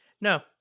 No